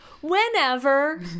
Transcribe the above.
whenever